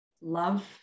Love